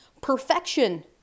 perfection